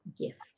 gift